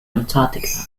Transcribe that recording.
antarctica